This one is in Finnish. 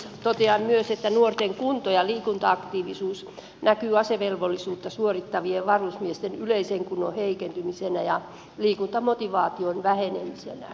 totean myös että nuorten kunto ja liikunta aktiivisuus näkyy asevelvollisuutta suorittavien varusmiesten yleisen kunnon heikentymisenä ja liikuntamotivaation vähenemisenä